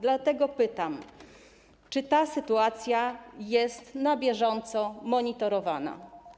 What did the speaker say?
Dlatego pytam: Czy ta sytuacja jest na bieżąco monitorowana?